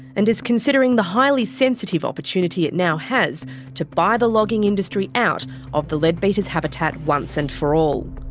and is considering the highly sensitive opportunity it now has to buy the logging industry out of the leadbeater's habitat once and for all.